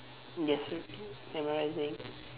yes memorising